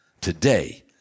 today